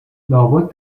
لابد